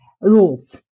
rules